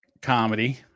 comedy